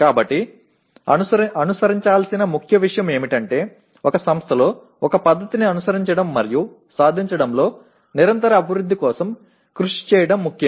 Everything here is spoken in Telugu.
కాబట్టి అనుసరించాల్సిన ముఖ్య విషయం ఏమిటంటే ఒక సంస్థలో ఒక పద్ధతిని అనుసరించడం మరియు సాధించడంలో నిరంతర అభివృద్ధి కోసం కృషి చేయడం ముఖ్యం